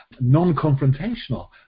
non-confrontational